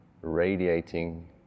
radiating